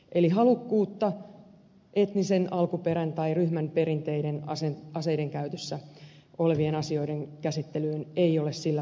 eli halukkuutta käsitellä asioita liittyen etnisen alkuperän tai ryhmän perinteisiin aseiden käytössä ei ole sillä puolella ollut